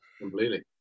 completely